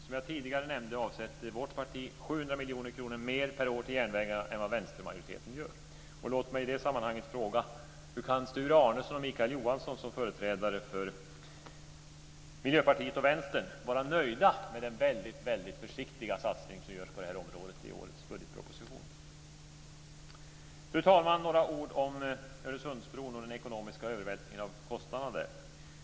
Som jag tidigare nämnde avsätter vårt parti 700 miljoner kronor mer per år till järnvägarna än vad vänstermajoriteten gör. Låt mig i detta sammanhang fråga: Hur kan Sture Vänsterpartiet och Miljöpartiet vara nöjda med den väldigt försiktiga satsning som görs på detta område i årets budgetproposition? Fru talman! Jag vill säga några ord om Öresundsbron och övervältringen av kostnaderna i detta sammanhang.